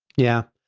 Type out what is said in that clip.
yeah,